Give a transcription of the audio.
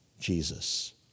Jesus